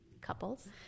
couples